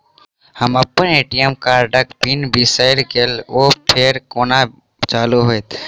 हम अप्पन ए.टी.एम कार्डक पिन बिसैर गेलियै ओ फेर कोना चालु होइत?